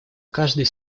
каждой